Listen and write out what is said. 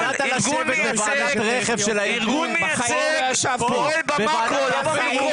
בחיים לא ישבתי בוועדה.